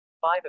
Five